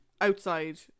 outside